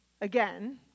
again